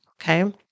Okay